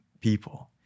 people